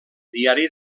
diari